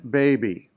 baby